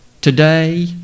Today